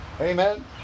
Amen